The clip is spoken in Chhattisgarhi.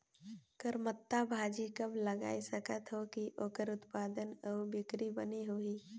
करमत्ता भाजी कब लगाय सकत हो कि ओकर उत्पादन अउ बिक्री बने होही?